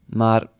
maar